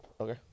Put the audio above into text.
Okay